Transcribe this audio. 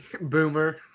Boomer